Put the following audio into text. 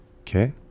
Okay